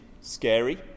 scary